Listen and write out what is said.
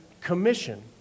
Commission